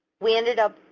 we ended up